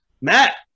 Matt